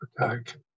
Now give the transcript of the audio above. attack